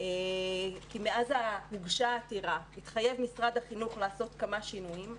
כי מאז הוגשה העתירה משרד החינוך התחייב לעשות כמה שינויים,